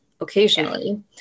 occasionally